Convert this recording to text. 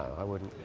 i wouldn't.